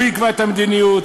הוא יקבע את המדיניות,